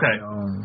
Okay